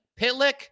Pitlick